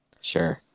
Sure